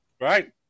right